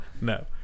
No